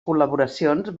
col·laboracions